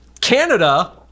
canada